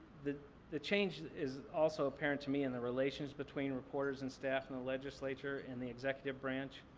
the the change is also apparent to me in the relations between reporters and staff and the legislature and the executive branch.